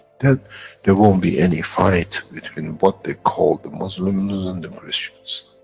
then there won't be any fight between what they call the muslims and the christians.